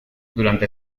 durante